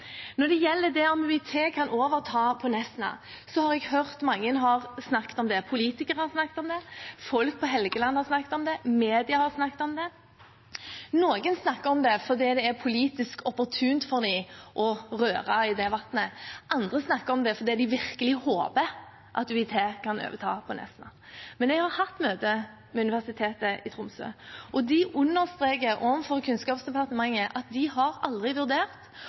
Når det gjelder det om UiT kan overta på Nesna, har jeg hørt mange snakke om det – politikere har snakket om det, folk på Helgeland har snakket om det, mediene har snakket om det. Noen snakker om det fordi det er politisk opportunt for dem å røre i det vannet, andre snakker om det fordi de virkelig håper at UiT kan overta på Nesna. Men jeg har hatt møte med Universitetet i Tromsø, og de understreker overfor Kunnskapsdepartementet at de aldri har vurdert